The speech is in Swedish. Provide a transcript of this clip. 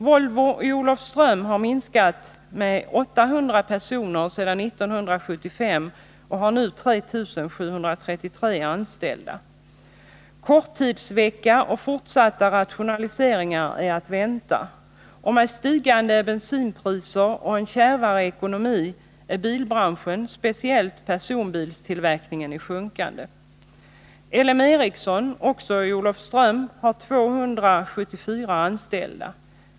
Volvo i Olofström har minskat med 800 personer sedan 1975 och har nu 3 733 anställda. Korttidsvecka och fortsatta rationaliseringar är att vänta. Med stigande bensinpriser och kärvare ekonomi är bilbranschen, speciellt personbilstillverkningen, i sjunkande. LM Ericsson, också i Olofström, har 274 anställda.